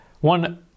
one